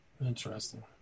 Interesting